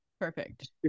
Perfect